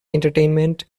entertainment